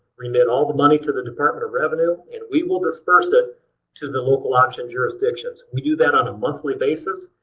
remit all the money to the department of revenue, and we will disperse it to the local option jurisdictions. we do that on a monthly basis.